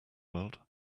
world